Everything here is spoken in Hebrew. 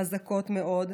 חזקות מאוד,